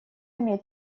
имеет